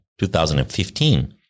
2015